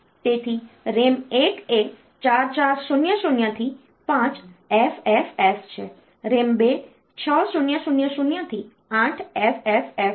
તેથી RAM 1 એ 4400 થી 5FFF છે RAM 2 6000 થી 8FFF છે